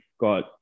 got